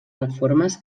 reformes